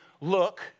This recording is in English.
look